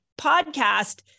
podcast